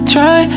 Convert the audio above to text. Try